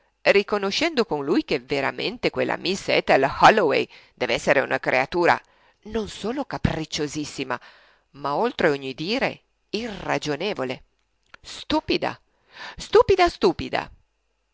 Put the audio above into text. riconoscendo con lui che veramente quella miss ethel holloway dev'essere una creatura non solo capricciosissima ma oltre ogni dire irragionevole stupida stupida stupida